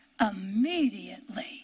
Immediately